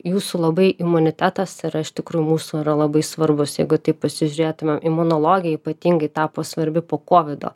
jūsų labai imunitetas yra iš tikrųjų mūsų yra labai svarbus jeigu taip pasižiūrėtumėm imunologija ypatingai tapo svarbi po kovido